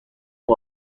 law